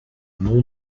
nom